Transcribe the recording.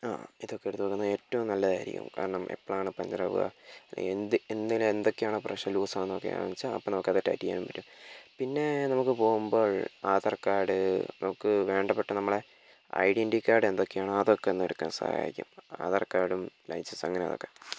ആഹ് ഇതൊക്കെ എടുത്ത് വെക്കുന്നത് ഏറ്റവും നല്ലതായിരിക്കും കാരണം എപ്പോളാണ് പഞ്ചർ ആവുക എന്ത് എന്തിന് എന്തിനൊക്കെ ഇപ്രാവശ്യം ലൂസ് ആവുന്നേന്ന് വെച്ചാൽ അപ്പം നമുക്കത് ടൈറ്റ് ചെയ്യാൻ പറ്റും പിന്നെ നമുക്ക് പോകുമ്പോൾ ആധാർ കാർഡ് നമുക്ക് വേണ്ടപ്പെട്ട നമ്മുടെ ഐഡന്റിറ്റി കാർഡ് എന്തൊക്കെയാണോ അതൊക്കെ ഒന്നെടുക്കാൻ സഹായിക്കും ആധാർ കാർഡും ലൈസൻസും അങ്ങനെ അതൊക്കെ